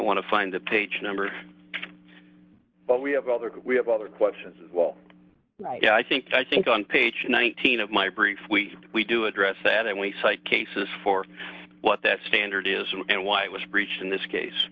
want to find the page numbers but we have other we have other questions as well all right i think i think on page nineteen of my brief we we do address that and we cite cases for what this standard is and why it was reached in this case